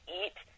eat